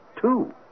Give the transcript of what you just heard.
two